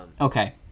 okay